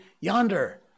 Yonder